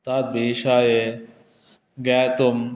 तद्बिषये ज्ञातुं